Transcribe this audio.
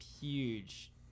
huge